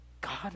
God